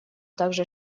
также